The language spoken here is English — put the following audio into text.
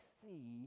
see